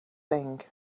thing